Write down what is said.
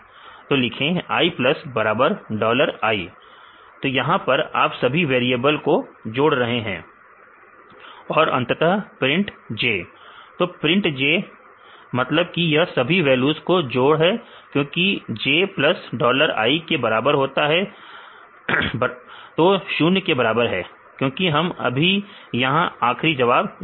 तो लिखें i plus बराबर डॉलर आई idollar i तो यहां पर आप सभी वेरिएबल को जोड़ रहे हैं और अंततः प्रिंट j तो प्रिंट j का मतलब कि यह सभी वैल्यूज का जोड़ है क्योंकि जे प्लस jडॉलर आई के बराबर है तो 0 के बराबर है क्योंकि हमें अभी यह आखरी जवाब लिखना है